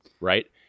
right